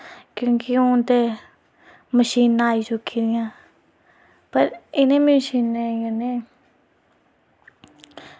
क्योंकि हून ते मशीनां आई चुकी दियां पर इ'नें मशीनें कन्नै